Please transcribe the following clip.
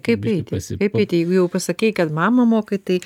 kaip eiti kaip eiti jeigu jau pasakei kad mamą mokai tai